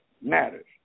matters